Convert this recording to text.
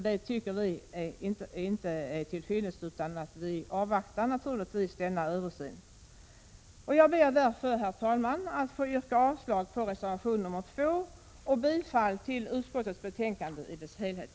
Den tiden är inte till fyllest, tycker vi, utan vi vill naturligtvis avvakta resultatet av översynen. Jag ber därför, herr talman, att få yrka avslag på reservation nr 2 och bifall till utskottets hemställan i dess helhet.